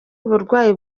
uburwayi